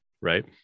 right